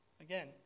Again